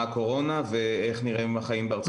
הקורונה ואיך נראים החיים בארצות הברית.